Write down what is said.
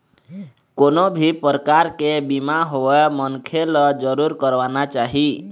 कोनो भी परकार के बीमा होवय मनखे ल जरुर करवाना चाही